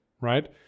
right